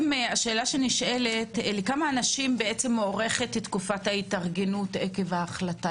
השאלה שבעצם נשאלת היא לכמה אנשים מוארכת תקופת ההתארגנות עקב ההחלטה,